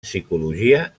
psicologia